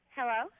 Hello